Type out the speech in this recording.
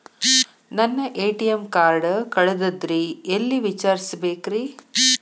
ನನ್ನ ATM card ಕಳದದ್ರಿ ಎಲ್ಲಿ ವಿಚಾರಿಸ್ಬೇಕ್ರಿ?